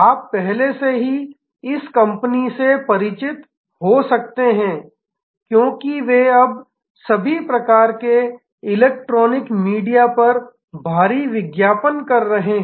आप पहले से ही इस कंपनी से परिचित हो सकते हैं क्योंकि वे अब सभी प्रकार के इलेक्ट्रॉनिक मीडिया पर भारी विज्ञापन कर रहे हैं